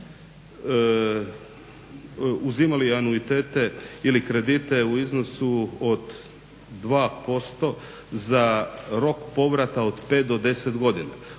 uzimali anuitete ili kredite u iznosu od 2% za rok povrata od 5 do 10 godina.